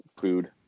food